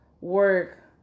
work